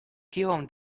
kiom